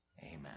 Amen